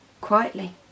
Quietly